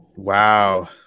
Wow